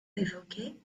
évoqué